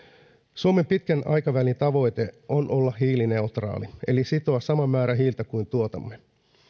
suomen pitkän aikavälin tavoite on olla hiilineutraali eli sitoa sama määrä hiiltä kuin tuotamme